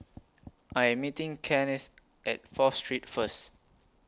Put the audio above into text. I Am meeting Kennith At Fourth Street First